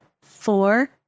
four